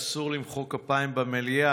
אני עולה לכאן מכיוון שאסור למחוא כפיים במליאה,